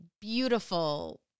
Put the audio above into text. beautiful